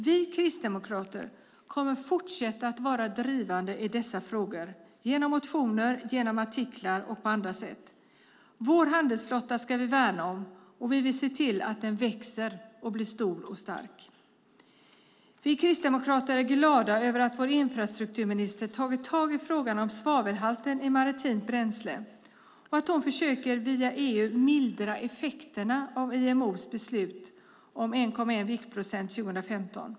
Vi kristdemokrater kommer att fortsätta vara drivande i dessa frågor genom motioner, genom artiklar och på andra sätt. Vår handelsflotta ska vi värna om, och vi vill se till att den växer och blir stor och starkt. Vi kristdemokrater är glada över att vår infrastrukturminister tagit tag i frågan om svavelhalten i maritimt bränsle och att hon via EU försöker mildra effekterna av IMO:s beslut om 0,1 viktprocent 2015.